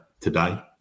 today